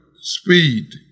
speed